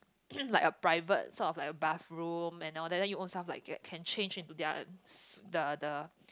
like a private sort of like a bathroom and all that then you ownself like get can change into their s~ the the